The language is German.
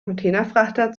containerfrachter